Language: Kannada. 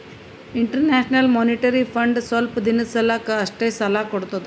ಇಂಟರ್ನ್ಯಾಷನಲ್ ಮೋನಿಟರಿ ಫಂಡ್ ಸ್ವಲ್ಪ್ ದಿನದ್ ಸಲಾಕ್ ಅಷ್ಟೇ ಸಾಲಾ ಕೊಡ್ತದ್